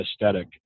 aesthetic